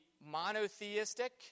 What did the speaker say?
monotheistic